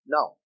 Now